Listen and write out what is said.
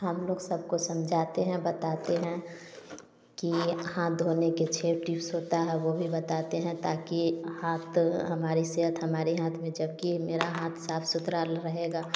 हम लोग सबको समझाते हैं बताते हैं कि हाथ धोने के छः टिप्स होता है वो भी बताते हैं ताकि हाथ हमारी सेहत हमारी हाथ में जबकि मेरा हाथ साफ सुथरा रहेगा